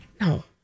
No